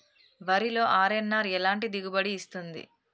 వరిలో అర్.ఎన్.ఆర్ ఎలాంటి దిగుబడి ఇస్తుంది?